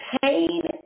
pain